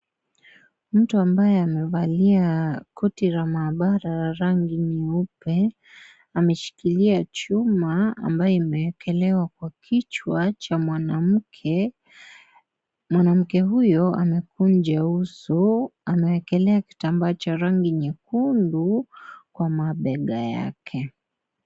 Mtu ambaye amevalia koti la maabara la rangi nyeupe ,ameshikilia chuma, ambayo imeekelewa kwa kichwa cha mwanamke, mwanamke huyo, amekunja uso, anaekelea kitambaa cha rangi nyekundu kwa mabega yake.